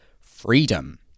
freedom